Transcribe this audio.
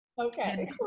okay